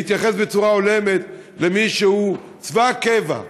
להתייחס בצורה הולמת למי שהוא צבא הקבע,